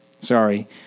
sorry